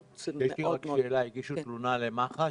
אפשר לעשות משהו.